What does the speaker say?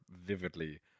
vividly